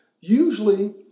Usually